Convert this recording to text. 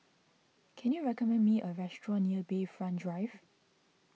can you recommend me a restaurant near Bayfront Drive